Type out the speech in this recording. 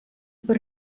per